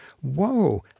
whoa